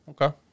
Okay